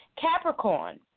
Capricorn